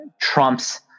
Trump's